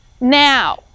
now